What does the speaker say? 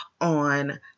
on